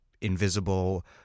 invisible